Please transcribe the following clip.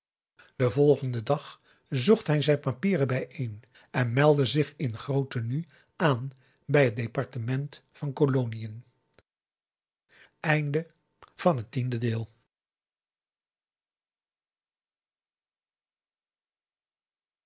den volgenden dag zocht hij zijn papieren bijeen en meldde zich in groot tenue aan bij het departement van koloniën